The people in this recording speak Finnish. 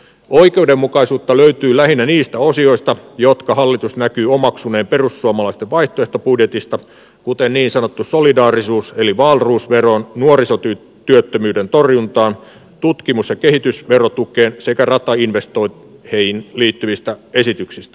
oikeudenmukaisuutta löytyy lähinnä niistä osioista jotka hallitus näkyy omaksuneen perussuomalaisten vaihtoehtobudjetista kuten niin sanottuun solidaarisuus eli wahlroos veroon nuorisotyöttömyyden torjuntaan tutkimus ja kehitysverotukeen sekä ratainvestointeihin liittyvistä esityksistä